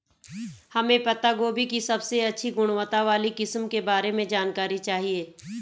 हमें पत्ता गोभी की सबसे अच्छी गुणवत्ता वाली किस्म के बारे में जानकारी चाहिए?